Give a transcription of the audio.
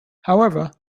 however